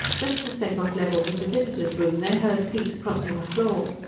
just as they got level with the visitors' room, they heard feet crossing the floor.